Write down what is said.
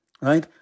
right